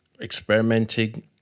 experimenting